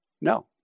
no